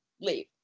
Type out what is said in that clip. leave